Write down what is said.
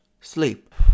sleep